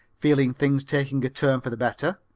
feeling things taking a turn for the better.